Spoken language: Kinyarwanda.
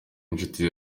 inshuti